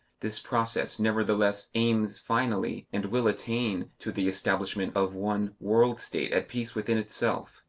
this process nevertheless aims finally, and will attain to the establishment of one world-state at peace within itself.